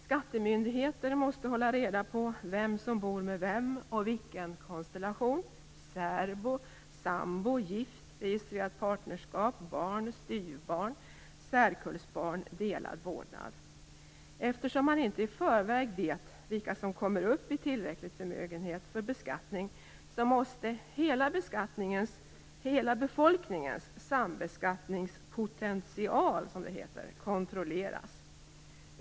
Skattemyndigheter måste hålla reda på vem som bor med vem och i vilken konstellation: särbo, sambo, gift, registrerat partnerskap, barn, styvbarn, särkullsbarn, delad vårdnad m.m. Eftersom man inte i förväg vet vilka som kommer upp i tillräcklig förmögenhet för beskattning måste hela befolkningens "sambeskattningspotential" kontrolleras.